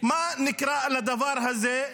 מה נקרא לדבר הזה?